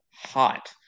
hot